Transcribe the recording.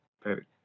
perfect